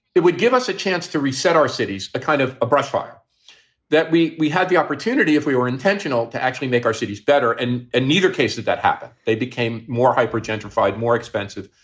it would give us a chance to reset our cities, a kind of a brushfire that we we had the opportunity, if we were intentional, to actually make our cities better. and in neither case let that happen. they became more hyper gentrified, more expensive.